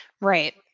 Right